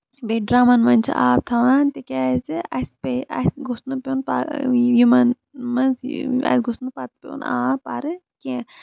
بیٚیہِ ڈرمَن منٛز چھِ آب تھاوان تِکیازِ اَسہِ پے اسہِ گوٚژھ نہٕ پیٚون یِمن منٛز اَسہِ گوٚژھ نہٕ پَتہٕ پیٚون آب پَرٕ کینٛہہ